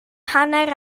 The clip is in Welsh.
hanner